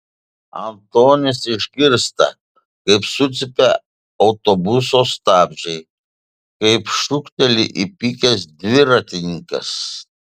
antonis išgirsta kaip sucypia autobuso stabdžiai kaip šūkteli įpykęs dviratininkas